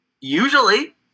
Usually